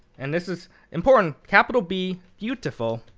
and this is important, capital b beautiful,